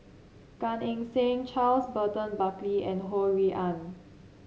Gan Eng Seng Charles Burton Buckley and Ho Rui An